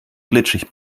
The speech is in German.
glitschig